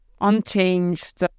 unchanged